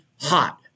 hot